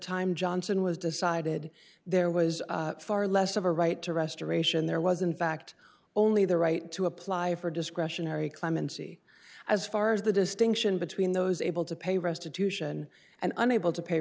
time johnson was decided there was far less of a right to restoration there was in fact only the right to apply for discretionary clemency as far as the distinction between those able to pay restitution and unable to pay